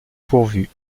pourvues